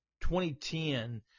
2010